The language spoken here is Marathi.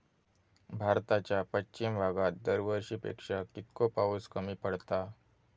भारताच्या पश्चिम भागात दरवर्षी पेक्षा कीतको पाऊस कमी पडता?